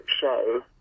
show